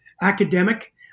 academic